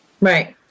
right